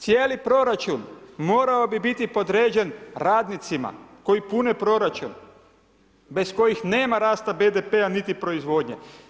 Cijeli proračun morao bi biti podređen radnicima koji pune proračun, bez kojih nema rasta BDP-a niti proizvodnje.